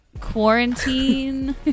Quarantine